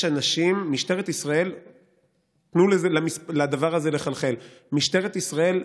יש אנשים, תנו לזה לדבר הזה לחלחל: משטרת ישראל,